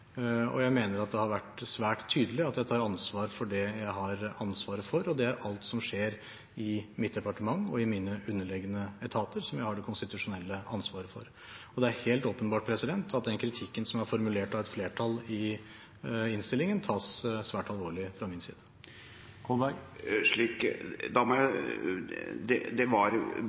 Jeg mener det har vært svært tydelig at jeg tar ansvar for det jeg har ansvaret for, og det er alt som skjer i mitt departement og i mine underliggende etater, som jeg har det konstitusjonelle ansvaret for. Det er helt åpenbart at den kritikken som er formulert av et flertall i innstillingen, tas svært alvorlig fra min side.